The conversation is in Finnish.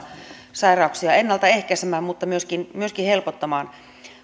sairauksia ennalta ehkäisemään mutta myöskin myöskin helpottamaan